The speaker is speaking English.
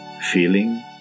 Feeling